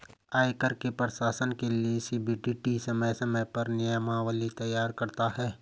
आयकर के प्रशासन के लिये सी.बी.डी.टी समय समय पर नियमावली तैयार करता है